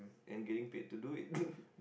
and getting paid to do it